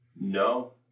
no